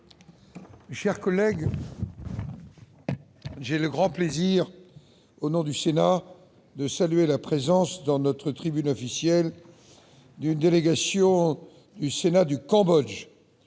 chers collègues, j'ai le grand plaisir, au nom du Sénat tout entier, de saluer la présence, dans notre tribune officielle, d'une délégation du Sénat du Cambodge,